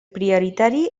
prioritari